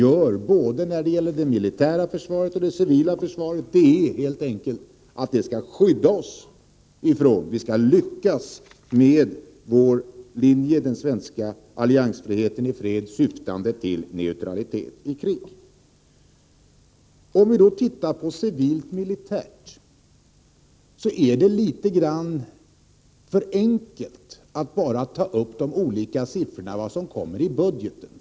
Vad vi gör när det gäller både det militära försvaret och det civila försvaret innebär helt enkelt att vi skall skydda oss mot krig, att vi skall lyckas med vår linje — den svenska alliansfriheten i krig, syftande till neutralitet i krig. Om vi ser till civilt resp. militärt försvar, så är det litet för enkelt att bara ta upp de olika siffrorna som anges i budgeten.